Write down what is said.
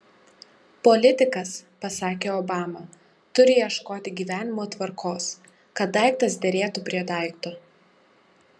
politikas pasakė obama turi ieškoti gyvenimo tvarkos kad daiktas derėtų prie daikto